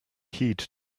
heed